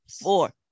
four